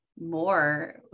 more